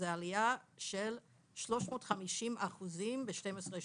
זו עלייה של 350 אחוזים ב-12 שנה.